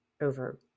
over